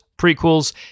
prequels